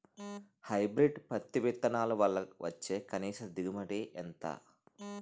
Hybrid పత్తి విత్తనాలు వల్ల వచ్చే కనీస దిగుబడి ఎంత?